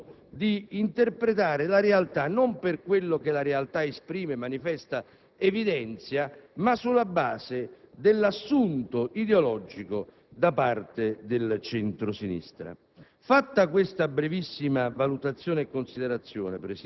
che il centro-sinistra continua ad avere nel tentativo d'interpretare la realtà non per quello che essa esprime, manifesta, evidenzia, ma sulla base di un assunto ideologico. Fatta questa